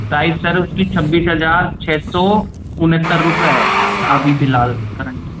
price sir उसकी छब्बीस हज़ार छः सौ उनहत्तर रुपये है अभी फिलहाल करंट